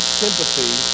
sympathy